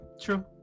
true